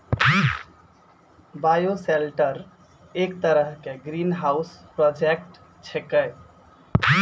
bioshelter एक तरह के ग्रीनहाउस प्रोजेक्ट छेकै